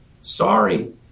sorry